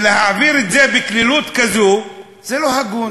ולהעביר את זה בקלילות כזו, זה לא הגון.